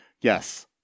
Yes